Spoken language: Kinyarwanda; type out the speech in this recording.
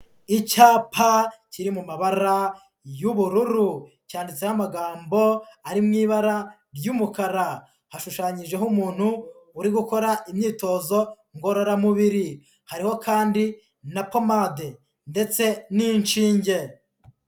Icyapa kiri mu mabara y'ubururu, cyanditseho amagambo ari mu ibara ry'umukara, hashushanyijeho umuntu uri gukora imyitozo ngororamubiri, hariho kandi na pomade ndetse n'inshinge.